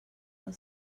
del